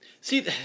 see